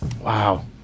Wow